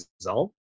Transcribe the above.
result